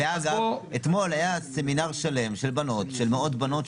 אתמול היה סמינר שלם של מאות בנות,